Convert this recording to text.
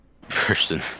person